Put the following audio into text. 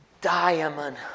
diamond